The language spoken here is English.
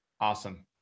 Awesome